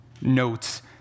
notes